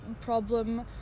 problem